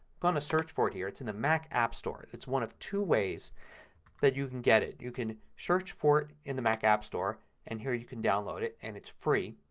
done a search for it here. it's in the mac app store. it's one of two ways that you can get it. you can search for it in the mac app store and here you can download it and it's free.